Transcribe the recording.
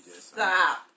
Stop